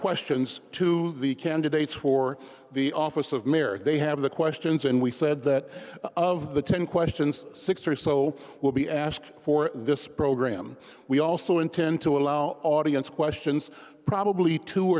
questions to the candidates for the office of mayor they have the questions and we said that of the ten questions six or so will be asked for this program we also intend to allow audience questions probably two